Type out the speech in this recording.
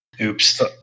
Oops